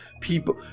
people